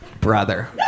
brother